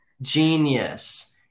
Genius